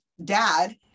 dad